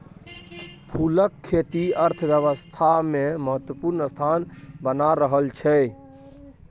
फूलक खेती अर्थव्यवस्थामे महत्वपूर्ण स्थान बना रहल छै